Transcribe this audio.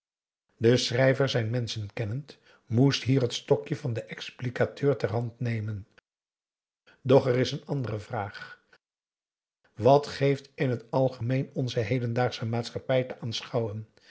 de schrijver zijn menschen kennend moest hier het stokje van den explicateur ter hand nemen doch er is een andere vraag wat geeft in het algemeen onze hedendaagsche maatschappij te aanschouwen